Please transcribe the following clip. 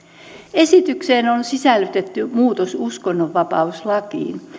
esitykseen on sisällytetty muutos uskonnonvapauslakiin